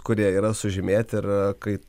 kurie yra sužymėti ir kai